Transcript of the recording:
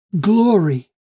glory